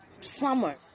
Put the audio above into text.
summer